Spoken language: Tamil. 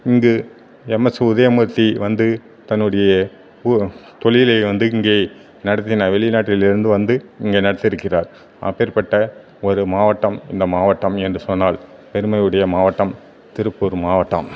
இங்கு எம்எஸ் உதயமூர்த்தி வந்து தன்னுடைய உ தொழிலை வந்து இங்கே நடத்தினார் வெளிநாட்டிலிருந்து வந்து இங்கே நடத்தியிருக்கிறார் அப்பேர்ப்பட்ட ஒரு மாவட்டம் இந்த மாவட்டம் என்று சொன்னால் பெருமை உடைய மாவட்டம் திருப்பூர் மாவட்டம்